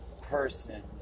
person